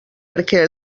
perquè